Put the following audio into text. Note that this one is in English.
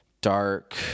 dark